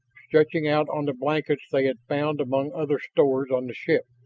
stretching out on the blankets they had found among other stores on the ship.